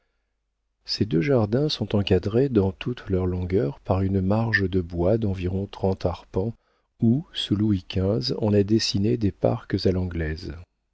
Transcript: ces deux jardins sont encadrés dans toute leur longueur par une marge de bois d'environ trente arpents où sous louis xv on a dessiné des parcs à l'anglaise